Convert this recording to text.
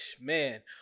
Man